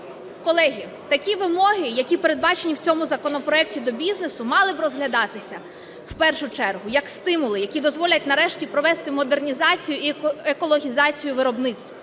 Колеги, такі вимоги, які передбачені в цьому законопроекті до бізнесу, мали б розглядатися, в першу чергу, як стимули, які дозволять нарешті провести модернізацію і екологізацію виробництв.